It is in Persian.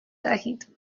دهید